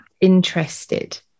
interested